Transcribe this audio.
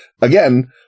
again